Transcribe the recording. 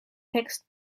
text